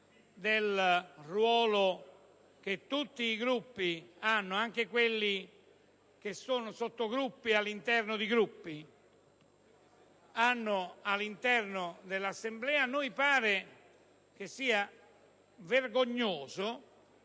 del ruolo che tutti i Gruppi, anche quelli che sono sottogruppi all'interno di Gruppi, hanno all'interno dell'Assemblea, a noi pare vergognoso